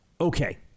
Okay